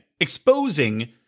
Exposing